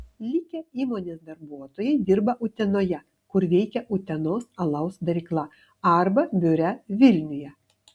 likę įmonės darbuotojai dirba utenoje kur veikia utenos alaus darykla arba biure vilniuje